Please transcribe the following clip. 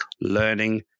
learning